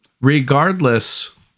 regardless